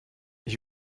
ich